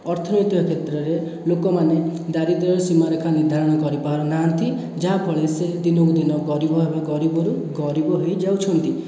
ଅର୍ଥନୈତିକ କ୍ଷେତ୍ରରେ ଲୋକମାନେ ଦାରିଦ୍ର୍ୟର ସୀମା ରେଖା ନିର୍ଦ୍ଧାରଣ କରି ପାରୁନାହାନ୍ତି ଯାହା ଫଳରେ ସେ ଦିନକୁ ଦିନ ଗରିବ ଏବଂ ଗରିବରୁ ଗରିବ ହୋଇ ଯାଉଛନ୍ତି